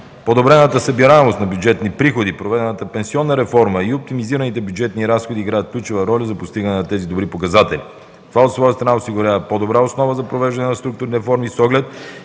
Подобрената събираемост на бюджетни приходи, проведената пенсионна реформа и оптимизираните бюджетни разходи играят ключова роля за постигане на тези добри показатели. Това от своя страна осигурява по-добра основа за провеждане на структурните реформи с оглед